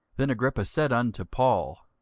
then agrippa said unto paul,